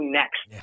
next